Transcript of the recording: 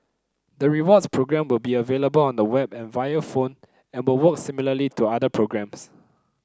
the rewards program will be available on the web and via phone and will work similarly to other programs